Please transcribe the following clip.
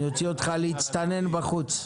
אני אוציא אותך להצטנן בחוץ.